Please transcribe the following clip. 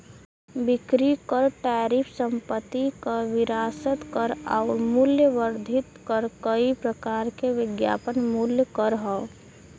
बिक्री कर टैरिफ संपत्ति कर विरासत कर आउर मूल्य वर्धित कर कई प्रकार के विज्ञापन मूल्य कर हौ